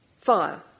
fire